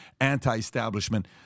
anti-establishment